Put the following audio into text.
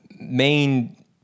main